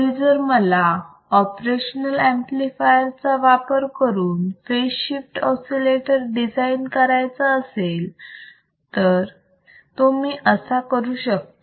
इथे जर मला ऑपरेशनल ऍम्प्लिफायर चा वापर करून फेज शिफ्ट ऑसिलेटर डिझाईन करायचा असेल तर तो मी कसा करू शकते